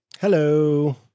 Hello